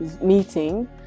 meeting